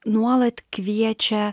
nuolat kviečia